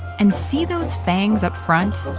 and see those fangs up front?